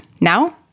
Now